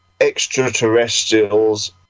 extraterrestrials